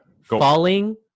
Falling